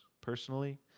personally